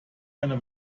eine